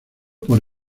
por